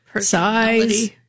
size